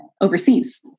overseas